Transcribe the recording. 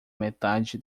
metade